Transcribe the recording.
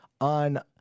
on